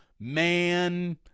man